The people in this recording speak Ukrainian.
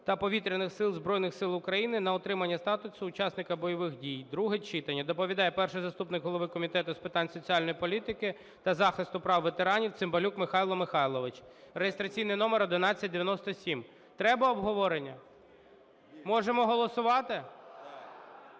та Повітряних сил Збройних Сил України на отримання статусу учасника бойових дій). Друге читання. Доповідає: перший заступник голови Комітету з питань соціальної політики та захисту прав ветеранів Цимбалюк Михайло Михайлович, (реєстраційний номер 1197). Треба обговорення? Можемо голосувати?